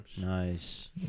Nice